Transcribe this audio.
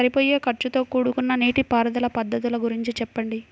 సరిపోయే ఖర్చుతో కూడుకున్న నీటిపారుదల పద్ధతుల గురించి చెప్పండి?